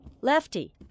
Lefty